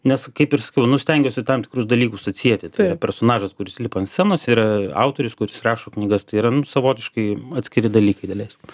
nes kaip ir sakiau nu stengiuosi tam tikrus dalykus atsieti personažas kuris lipa ant scenos ir autorius kuris rašo knygas tai yra nu savotiškai atskiri dalykai daleiskim